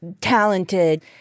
talented